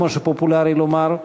כמו שפופולרי לומר,